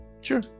sure